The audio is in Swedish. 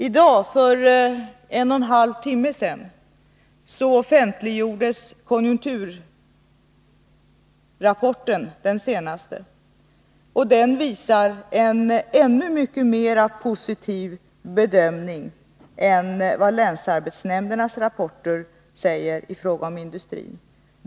I dag, för en och en halv timme sedan, offentliggjordes den senaste konjunkturrapporten. Där görs ännu mycket mer positiva bedömningar i vad gäller industrin än i länsarbetsnämndernas rapporter.